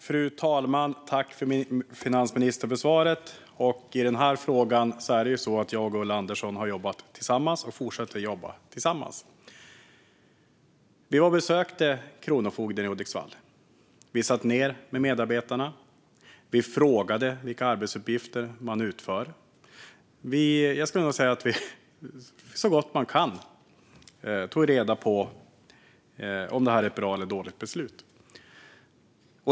Fru talman! Tack, finansministern, för svaret! I den här frågan har Ulla Andersson och jag jobbat tillsammans och fortsätter att jobba tillsammans. Vi var och besökte Kronofogden i Hudiksvall. Vi satt ned med medarbetarna, och vi frågade vilka arbetsuppgifter man utför. Jag skulle nog säga att vi så gott man kan tog reda på om det här är ett bra eller ett dåligt beslut.